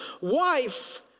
wife